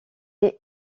est